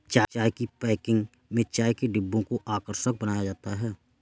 चाय की पैकेजिंग में चाय के डिब्बों को आकर्षक बनाया जाता है